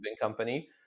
company